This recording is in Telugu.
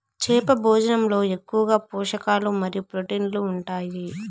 చేప భోజనంలో ఎక్కువగా పోషకాలు మరియు ప్రోటీన్లు ఉంటాయి